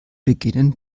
beginnen